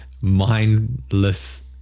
mindless